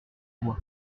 voie